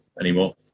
anymore